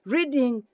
Reading